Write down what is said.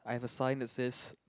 I have a sign that says